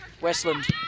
Westland